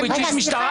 כן.